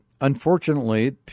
unfortunately